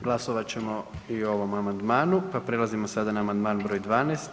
Glasovat ćemo i ovom amandmanu, pa prelazimo sada na Amandman broj 12.